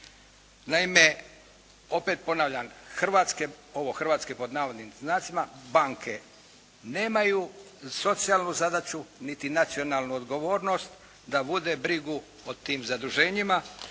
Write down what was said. Naime, opet ponavljam "hrvatske" banke nemaju socijalnu zadaću niti nacionalnu odgovornost da vode brigu o tim zaduženjima,